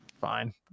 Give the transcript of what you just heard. fine